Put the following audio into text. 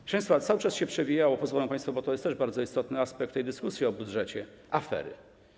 Proszę państwa, cały się przewijało - pozwolą państwo, bo to jest też bardzo istotny aspekt tej dyskusji o budżecie - afery.